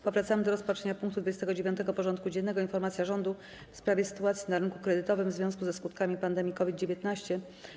Powracamy do rozpatrzenia punktu 29. porządku dziennego: Informacja Rządu w sprawie sytuacji na rynku kredytowym w związku ze skutkami pandemii COVID-19.